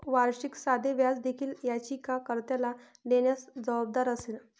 वार्षिक साधे व्याज देखील याचिका कर्त्याला देण्यास जबाबदार असेल